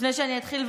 ולפני שאני אתחיל,